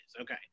Okay